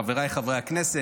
חבריי חברי הכנסת,